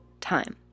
time